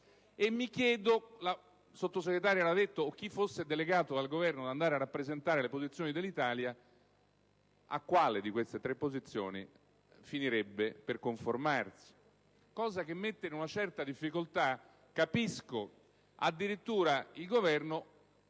Mi chiedo: la sottosegretario Ravetto o chi altri fosse delegato dal Governo ad andare a rappresentare le posizioni dell'Italia, a quale di queste tre posizioni finirebbe per conformarsi? Si tratta di una questione che mette in una certa difficoltà, lo capisco; addirittura il Governo